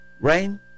Rain